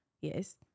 Yes